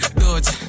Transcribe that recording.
dodge